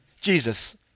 Jesus